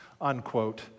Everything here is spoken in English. unquote